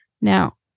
Now